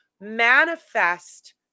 manifest